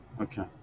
okay